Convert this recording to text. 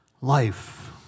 life